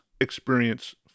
experience